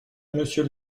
monsieur